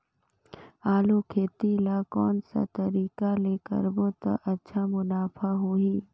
आलू खेती ला कोन सा तरीका ले करबो त अच्छा मुनाफा होही?